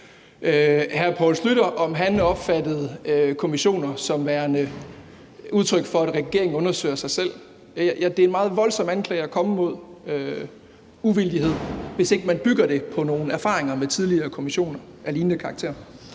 hr. Poul Schlüter, om han opfattede kommissioner som værende udtryk for, at regeringen undersøger sig selv. Det er en meget voldsom anklage at komme med mod uvildighed, hvis ikke man bygger det på nogle erfaringer med tidligere kommissioner af lignende karakter.